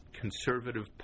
conservative